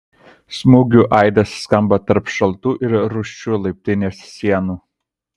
smūgių aidas skamba tarp šaltų ir rūsčių laiptinės sienų